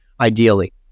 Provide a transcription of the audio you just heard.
ideally